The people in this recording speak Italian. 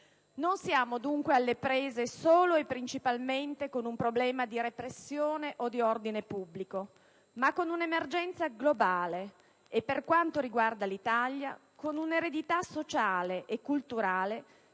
Non siamo dunque alle prese solo e principalmente con un problema di repressione o di ordine pubblico, ma con un'emergenza globale e, per quanto riguarda l'Italia, con un'eredità sociale e culturale